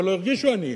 אבל לא הרגישו עניים.